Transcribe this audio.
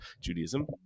Judaism